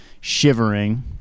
shivering